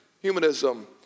Humanism